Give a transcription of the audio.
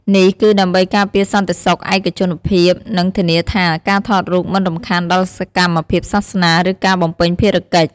នេះគឺដើម្បីការពារសន្តិសុខ ឯកជនភាព និងធានាថាការថតរូបមិនរំខានដល់សកម្មភាពសាសនា ឬការបំពេញភារកិច្ច។